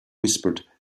whispered